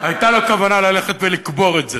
הייתה לו כוונה ללכת ולקבור את זה